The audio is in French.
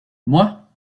moi